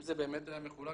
זה באמת היה מחולק,